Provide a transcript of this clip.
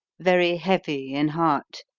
very heavy in heart,